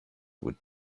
would